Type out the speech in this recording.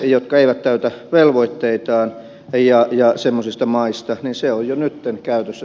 jotka eivät täytä velvoitteitaan ja semmoisten maitten kohdalla se työkalu on jo nytten käytössä